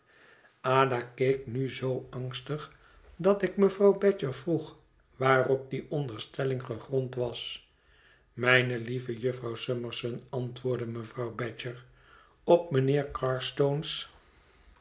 ada keek nu zoo angstig dat ik mevrouw badger vroeg waarop die onderstelling gegrond was mijnelieve jufvrouw summerson antwoordde mevrouw badger op mijnheer